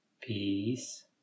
Peace